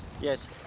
Yes